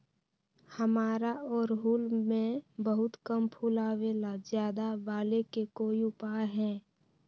हमारा ओरहुल में बहुत कम फूल आवेला ज्यादा वाले के कोइ उपाय हैं?